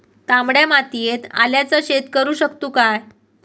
तामड्या मातयेत आल्याचा शेत करु शकतू काय?